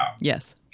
Yes